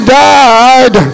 died